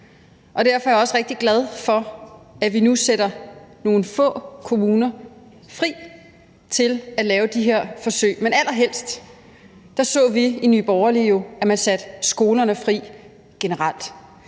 Derfor er jeg også rigtig glad for, at vi nu sætter nogle få kommuner fri til at lave de her forsøg, men allerhelst så vi i Nye Borgerlige, at man satte skolerne fri generelt;